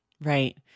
Right